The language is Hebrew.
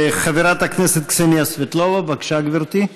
חברת הכנסת קסניה סבטלובה, בבקשה, גברתי.